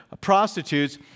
prostitutes